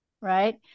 right